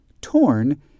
Torn